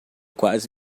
quase